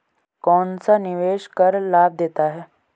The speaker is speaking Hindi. कौनसा निवेश कर लाभ देता है?